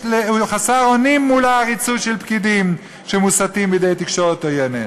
הוא חסר אונים מול העריצות של פקידים שמוסתים על-ידי תקשורת עוינת.